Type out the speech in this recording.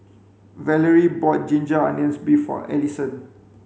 Valerie bought ginger onions beef for Alisson